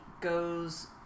goes